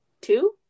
two